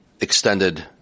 extended